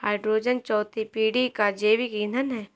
hydrogen चौथी पीढ़ी का जैविक ईंधन है